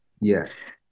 Yes